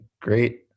great